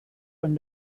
een